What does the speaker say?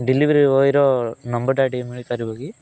delivery ବୟର ନମ୍ବରଟା ଟିକେ ମିଳିପାରିବ କି